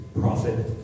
prophet